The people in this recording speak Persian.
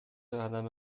عدم